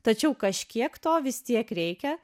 tačiau kažkiek to vis tiek reikia